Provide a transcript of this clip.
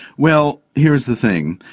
well, here's the thing,